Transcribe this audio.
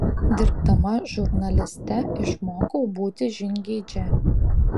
dirbdama žurnaliste išmokau būti žingeidžia